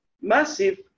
massive